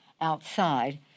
outside